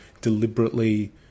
deliberately